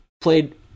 Played